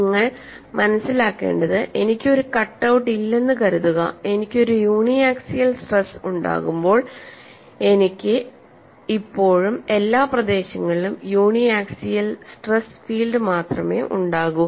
നിങ്ങൾ മനസിലാക്കേണ്ടത് എനിക്ക് ഒരു കട്ട് ഔട്ട് ഇല്ലെന്ന് കരുതുക എനിക്ക് ഒരു യൂണി ആക്സിയൽ സ്ട്രെസ് ഉണ്ടാകുമ്പോൾ എനിക്ക് ഇപ്പോഴും എല്ലാ പ്രദേശങ്ങളിലും യൂണിആക്സിയൽ സ്ട്രെസ് ഫീൽഡ് മാത്രമേ ഉണ്ടാകൂ